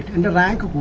and like